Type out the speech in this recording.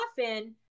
often